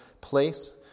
place